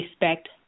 respect